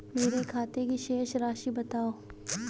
मेरे खाते की शेष राशि बताओ?